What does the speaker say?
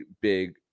big